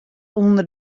ûnder